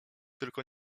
tylko